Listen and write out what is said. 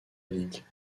league